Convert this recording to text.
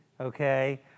okay